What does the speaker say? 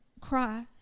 cry